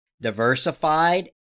diversified